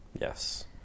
Yes